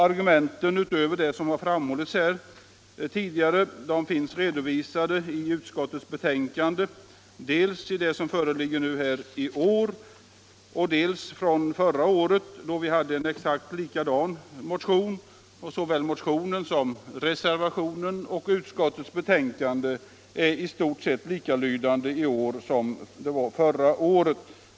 Argumenten, utöver vad jag här framhållit, finns redovisade i utskottets betänkanden både i år och förra året, då det hade väckts en exakt likadan motion. Både motionen, utskottsbetänkandet och reservationen har i stort sett samma lydelse i år som förra året.